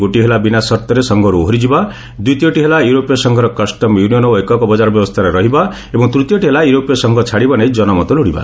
ଗୋଟିଏ ହେଲା ବିନା ସର୍ଭରେ ସଂଘରୁ ଓହରିଯିବା ଦ୍ୱିତୀୟଟି ହେଲା ୟୁରୋପୀୟ ସଂଘର କଷ୍ଟମ୍ ୟୁନିୟନ୍ ଓ ଏକକ ବଜାର ବ୍ୟବସ୍ଥାରେ ରହିବା ଏବଂ ତୃତୀୟଟି ହେଲା ୟୁରୋପୀୟ ସଂଘ ଛାଡ଼ିବା ନେଇ ଜନମତ ଲୋଡ଼ିବା